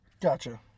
Gotcha